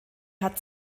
hat